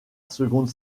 seconde